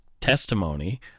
testimony